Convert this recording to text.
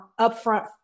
upfront